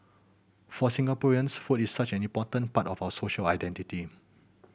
for Singaporeans food is such an important part of our social identity